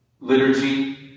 liturgy